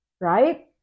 right